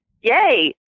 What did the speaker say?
yay